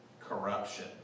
corruption